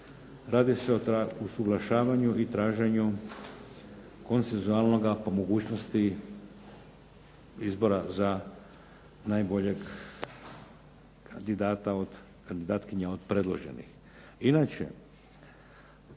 radi se o usuglašavanju i traženju koncenzualnoga po mogućnosti izbora za najboljeg kandidata od, kandidatkinja od predloženih.